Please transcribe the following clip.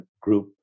group